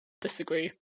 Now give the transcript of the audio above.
disagree